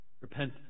Repent